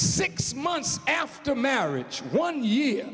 six months after marriage one y